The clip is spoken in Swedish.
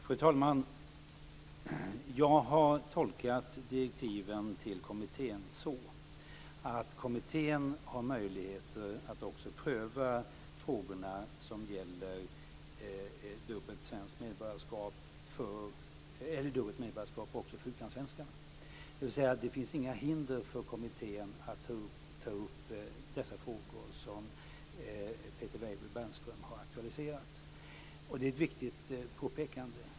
Fru talman! Jag har tolkat direktiven till kommittén så att kommittén har möjligheter att pröva frågorna som gäller dubbelt svenskt medborgarskap också för utlandssvenskarna, dvs. att det inte finns några hinder för kommittén att ta upp de frågor som Peter Weibull Bernström har aktualiserat. Det är ett viktigt påpekande.